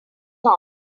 not